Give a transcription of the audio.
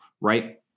right